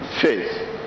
faith